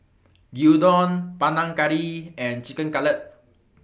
Gyudon Panang Curry and Chicken Cutlet